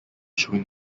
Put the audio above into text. showing